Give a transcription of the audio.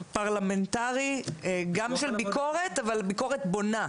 פרלמנטרי, גם של ביקורת אבל ביקורת בונה.